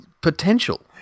Potential